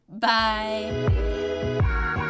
bye